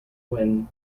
when